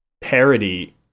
parody